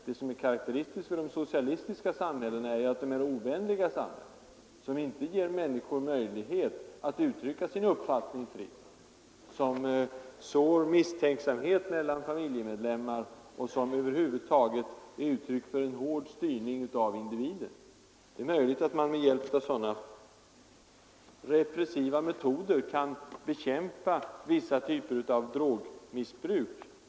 Det som är karakteristiskt för de socialistiska samhällena är att de är mera ovänliga samhällen, som inte ger människor möjlighet att uttrycka sin uppfattning fritt, som utsår misstänksamhet mellan familjemedlemmar och som över huvud taget är uttryck för en hård styrning av individen. Det är möjligt att man med hjälp av sådana repressiva metoder kan bekämpa vissa typer av drogmissbruk.